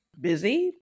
busy